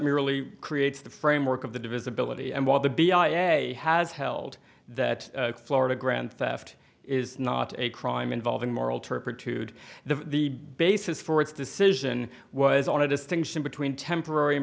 merely creates the framework of the divisibility and while the b i a has held that florida grand theft is not a crime involving moral turpitude the basis for its decision was on a distinction between temporary